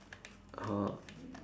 !huh!